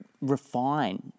refine